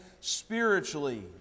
spiritually